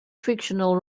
fictional